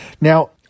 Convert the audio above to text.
Now